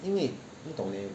因为不懂 leh